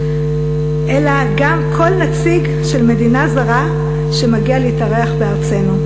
אלא גם כל נציג של מדינה זרה שמגיע להתארח בארצנו.